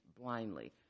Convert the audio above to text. blindly